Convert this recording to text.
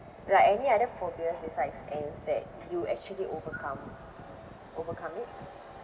like any other phobias besides ants that you actually overcome overcome it